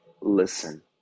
listen